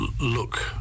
look